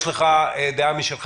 יש דעה משלך.